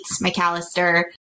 McAllister